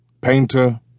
painter